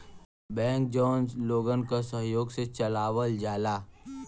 bank जौन लोगन क सहयोग से चलावल जाला